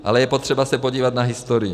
Ale je potřeba se podívat na historii.